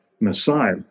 Messiah